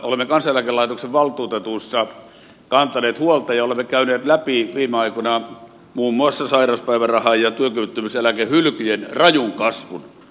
olemme kansaneläkelaitoksen valtuutetuissa kantaneet huolta ja olemme käyneet läpi viime aikoina muun muassa sairauspäiväraha ja työkyvyttömyyseläkehylkyjen rajun kasvun